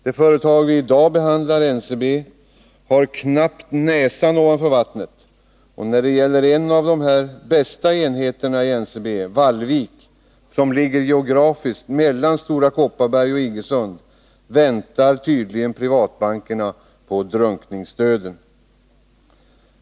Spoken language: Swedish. Det företag vi i dag behandlar, NCB, har knappt näsan ovanför vattnet, och när det gäller en av NCB:s bästa enheter, Vallvik, som geografiskt ligger mellan Stora Kopparberg och Iggesund, väntar tydligen privatbankerna på drunkningsdöden.